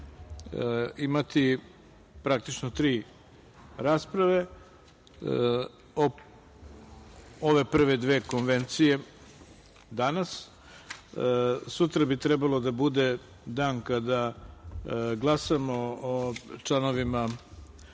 imati praktično tri rasprave. Ove prve dve konvencije danas, sutra bi trebalo da bude dan kada glasamo o članovima